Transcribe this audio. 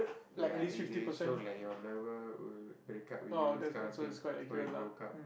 ya it it show like your lover would break up with you this kind of thing before you broke up